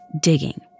digging